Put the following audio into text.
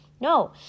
No